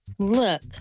Look